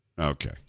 Okay